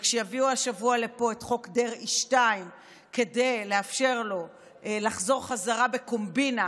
וכשיביאו השבוע לפה את חוק דרעי 2 כדי לאפשר לו לחזור חזרה בקומבינה,